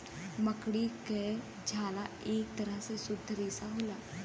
मकड़ी क झाला एक तरह के शुद्ध रेसा होला